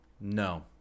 No